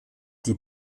die